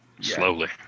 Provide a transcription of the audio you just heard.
slowly